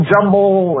Jumble